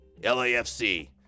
LAFC